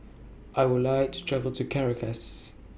I Would like to travel to Caracas